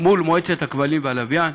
מול המועצה לשידורי כבלים ולשידורי לוויין